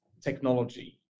technology